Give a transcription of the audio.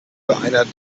einer